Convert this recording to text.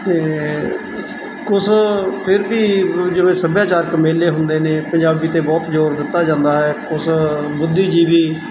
ਅਤੇ ਕੁਛ ਫਿਰ ਵੀ ਜਿਵੇਂ ਸੱਭਿਆਚਾਰਕ ਮੇਲੇ ਹੁੰਦੇ ਨੇ ਪੰਜਾਬੀ 'ਤੇ ਬਹੁਤ ਜ਼ੋਰ ਦਿੱਤਾ ਜਾਂਦਾ ਹੈ ਉਸ ਬੁੱਧੀਜੀਵੀ